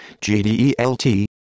GDELT